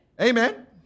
Amen